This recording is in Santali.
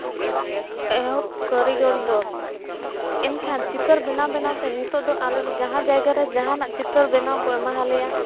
ᱮᱦᱚᱵ ᱠᱟᱹᱨᱤᱜᱚᱞ ᱫᱚ ᱮᱱᱠᱷᱟᱱ ᱪᱤᱛᱟᱹᱨ ᱵᱮᱱᱟᱣ ᱵᱮᱱᱟᱣ ᱛᱮ ᱱᱤᱛᱚᱜ ᱫᱚ ᱟᱞᱮ ᱫᱚ ᱡᱟᱦᱟᱸ ᱡᱟᱭᱜᱟ ᱨᱮ ᱡᱟᱦᱟᱸᱱᱟᱜ ᱪᱤᱛᱟᱹᱨ ᱵᱮᱱᱟᱣ ᱠᱚ ᱮᱢᱟ ᱞᱮᱭᱟ